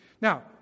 now